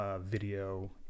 video